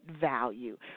value